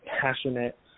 passionate